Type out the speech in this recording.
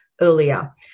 earlier